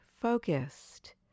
focused